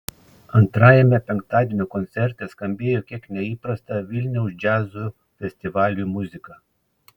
antrajame penktadienio koncerte skambėjo kiek neįprasta vilniaus džiazo festivaliui muzika